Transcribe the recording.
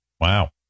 Wow